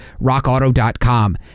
rockauto.com